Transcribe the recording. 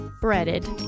breaded